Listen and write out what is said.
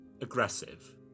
aggressive